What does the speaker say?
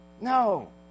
No